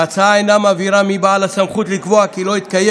ההצעה אינה מבהירה מי בעל הסמכות לקבוע כי לא התקיים